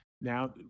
Now